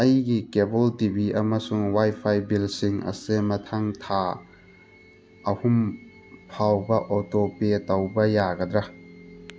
ꯑꯩꯒꯤ cable T V ꯑꯃꯁꯨꯡ wifi ꯕꯤꯜꯁꯤꯡ ꯑꯁꯤ ꯃꯊꯪ ꯊꯥ ꯑꯍꯨꯝ ꯐꯥꯎꯕ ꯑꯣꯇꯣꯄꯦ ꯇꯧꯕ ꯌꯥꯒꯗ꯭ꯔꯥ